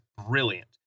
brilliant